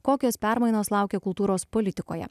kokios permainos laukia kultūros politikoje